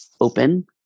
open